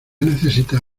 necesitas